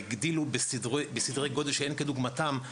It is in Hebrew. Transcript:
הגדילו בסדרי גודל שאין כדוגמתם,